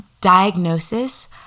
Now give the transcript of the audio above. diagnosis